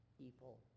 people